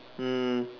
mm